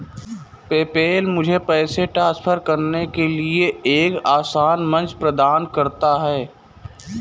PayPal मुझे पैसे transfer करने के लिए एक आसान मंच प्रदान करता है